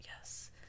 yes